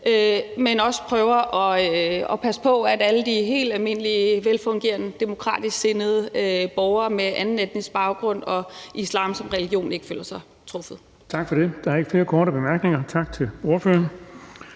vi også prøver at passe på, at alle de helt almindelige velfungerende demokratisk sindede borgere med anden etnisk baggrund og islam som religion ikke føler sig truffet.